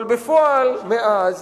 אבל בפועל מאז,